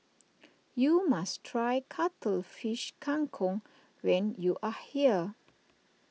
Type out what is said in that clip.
you must try Cuttlefish Kang Kong when you are here